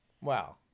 Wow